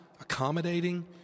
accommodating